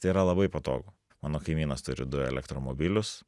tai yra labai patogu mano kaimynas turi du elektromobilius